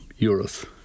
euros